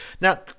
Now